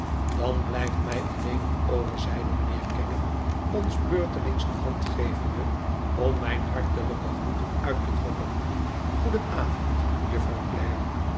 dan blijft mij alleen nog over zeide mijnheer kenge ons beurtelings de hand gevende om mijn hartelijk genoegen uit te drukken